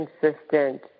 consistent